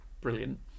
brilliant